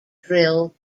drill